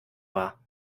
war